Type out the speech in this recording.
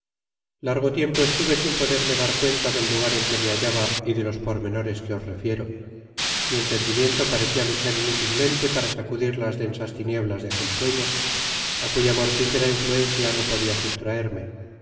largo tiempo estuve sin poderme dar cuenta del lugar en que me hallaba y de los pormenores que os refiero mi entendimiento parecia luchar inútilmente para sacudir las densas tinieblas de aquet sueño á cuya mortifera influencia no podia sustraerme